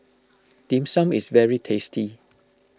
Dim Sum is very tasty